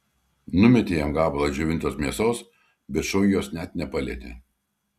numetė jam gabalą džiovintos mėsos bet šuo jos net nepalietė